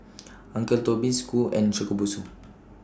Uncle Toby's Qoo and Shokubutsu